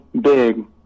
big